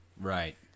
Right